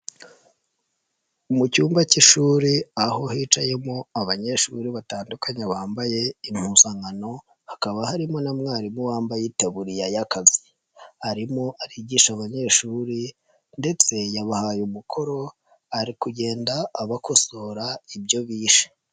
Mu cyumba k'ishuri aho hicayemo abanyeshuri batandukanye bambaye impuzankano hakaba harimo na mwarimu wambaye itaburiya y'akazi, arimo arigisha abanyeshuri ndetse yabahaye umukoro ari kugenda abakosora ibyo bishe.